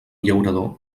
llaurador